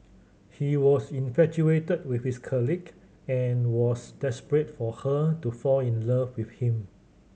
he was infatuated with his colleague and was desperate for her to fall in love with him